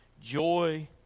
joy